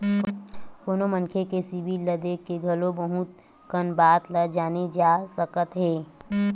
कोनो मनखे के सिबिल ल देख के घलो बहुत कन बात ल जाने जा सकत हे